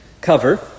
cover